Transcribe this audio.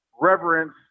reverence